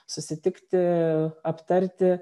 susitikti aptarti